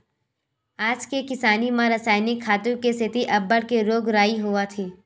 आज के किसानी म रसायनिक खातू के सेती अब्बड़ के रोग राई होवत हे